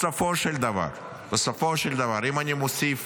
בסופו של דבר, אם אני מוסיף